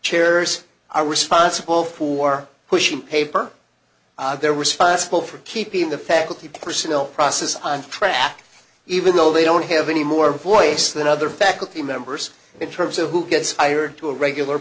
chairs are responsible for pushing paper they're responsible for keeping the faculty personal process on track even though they don't have any more voice than other faculty members in terms of who gets hired to a regular